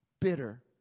bitter